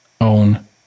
own